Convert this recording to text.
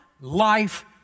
life